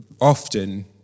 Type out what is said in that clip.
often